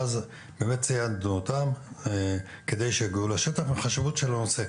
ואז באמת ציידנו אותם כדי שיגיעו לשטח בשל חשיבות הנושא.